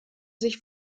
sich